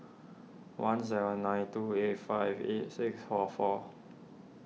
one seven nine two eight five eight six four four